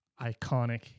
iconic